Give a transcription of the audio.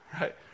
Right